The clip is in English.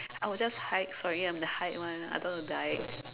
I would just hide sorry I'm the hide one I don't want to die